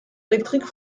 électrique